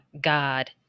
God